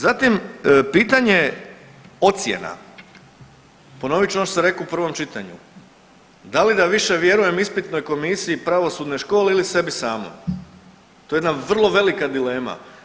Zatim pitanje ocjena, ponovit ću ono što sam rekao u prvom čitanju, da li da više vjerujem ispitnoj komisiji pravosudne škole ili sebi samom to je jedna vrlo velika dilema.